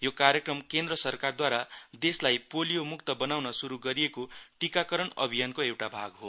यो कार्यक्रम केन्द्र सरकारद्वारा देशलाई पोलियो म्क्त बनाउन श्रू गरिएको टिकाकरण अभियानको एउटा भाग हो